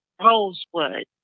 Rosewood